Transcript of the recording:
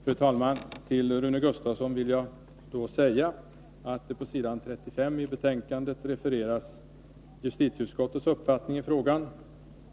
Fru talman! Till Rune Gustavsson vill jag säga att på s. 35 i betänkandet refereras justitieutskottets uppfattning i frågan.